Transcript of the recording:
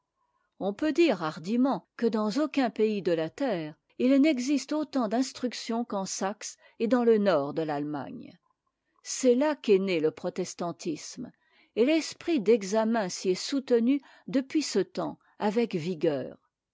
on peut dire hardiment que dans aucun pays de la terre il n'existe autant d'instruction qu'en saxe et dans le nord de t'attemagne c'est là qu'est né le protestantisme et l'esprit d'examen s'y est soutenu depuis ce temps avec vigueur